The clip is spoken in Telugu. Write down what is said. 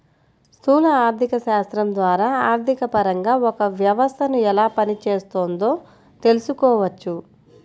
స్థూల ఆర్థికశాస్త్రం ద్వారా ఆర్థికపరంగా ఒక వ్యవస్థను ఎలా పనిచేస్తోందో తెలుసుకోవచ్చు